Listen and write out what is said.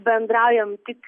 bendraujam tik